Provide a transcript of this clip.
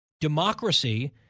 Democracy